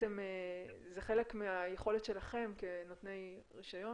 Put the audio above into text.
בעצם זה חלק מהיכולת שלכם כנותני רישיון